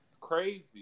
Crazy